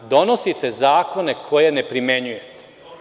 Donosite zakone koje ne primenjujete.